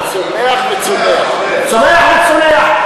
צומח וצונח,